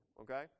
okay